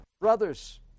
brothers